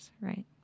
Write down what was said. right